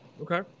Okay